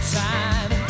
time